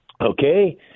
Okay